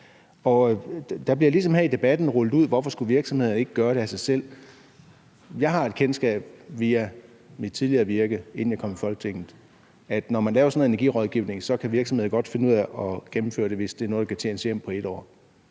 bliver det ligesom rullet ud: Hvorfor skulle virksomhederne ikke gøre det af sig selv? Jeg har et kendskab via mit tidligere virke, inden jeg kom i Folketinget, til, at når man laver sådan noget energirådgivning, kan virksomhederne godt finde ud af at gennemføre det, når det er noget, der kan tjenes hjem på et år